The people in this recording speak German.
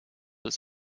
ist